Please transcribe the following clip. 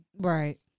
Right